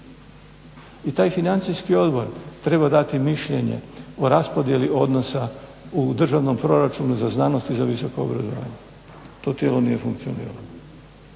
I taj Financijski odbor treba dati mišljenje o raspodjeli odnosa u državnom proračunu za znanost i za visoko obrazovanje. To tijelo nije funkcioniralo.